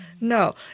No